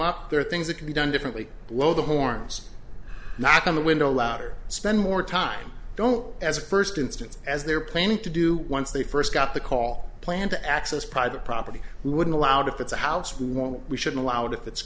up there are things that can be done differently while the horns knock on the window louder spend more time don't as a first instance as they're planning to do once they first got the call plan to access private property wouldn't allowed if it's a house we want we should allow it if it's